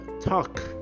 talk